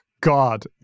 God